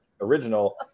original